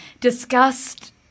discussed